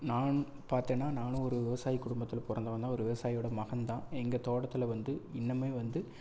நான் பார்த்தேனா நானும் ஒரு விவசாய குடும்பத்தில் பிறந்தவந்தான் ஒரு விவசாயியோடய மகன்தான் எங்கள் தோட்டத்தில் வந்து இன்னுமே வந்து